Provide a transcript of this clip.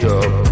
up